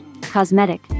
cosmetic